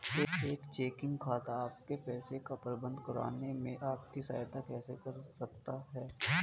एक चेकिंग खाता आपके पैसे का प्रबंधन करने में आपकी सहायता कैसे कर सकता है?